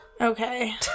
Okay